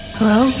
Hello